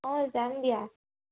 অঁ যাম দিয়া